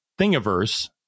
Thingiverse